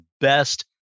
best